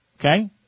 okay